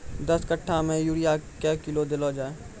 दस कट्ठा मे यूरिया क्या किलो देलो जाय?